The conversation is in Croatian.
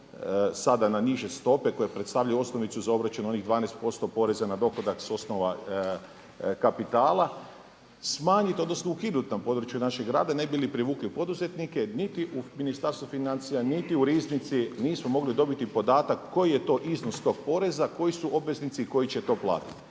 sada na niže stope koje predstavljaju osnovicu za obračun onih 12% poreza na dohodak s osnova kapitala, smanjiti odnosno ukinuti na području našeg rada ne bi li privukli poduzetnike jer niti u Ministarstvu financija niti u Riznici nismo mogli dobiti podatak koji je to iznos tog poreza koji su obveznici i koji će to platiti.